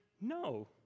no